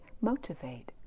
motivate